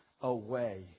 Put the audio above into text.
away